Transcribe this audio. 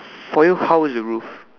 for you how is your roof